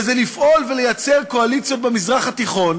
וזה לפעול ולייצר קואליציות במזרח התיכון